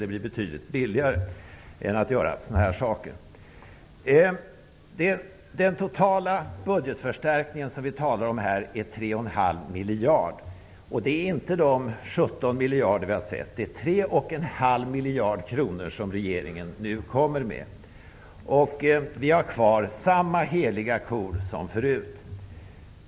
Det blir betydligt billigare än att göra sådana här saker. Den totala budgetförstärkning som vi talar om här är 3,5 miljarder kronor. Det är alltså inte de 17 miljarder vi har sett uppgifter om tidigare, utan regeringen kommer nu med 3,5 miljarder kronor. Vi har kvar samma heliga kor som förut.